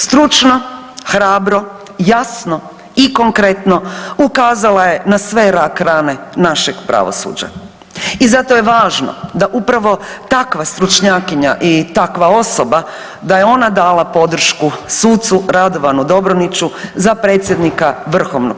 Stručno, hrabro, jasno i konkretno ukazala je na sve rak-rane našeg pravosuđa i zato je važno da upravo takva stručnjakinja i takva osoba, da je ona dala podršku sucu Radovanu Dobroniću za predsjednika VSRH.